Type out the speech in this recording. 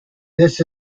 this